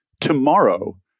tomorrow